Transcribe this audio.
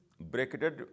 bracketed